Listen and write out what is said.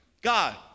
God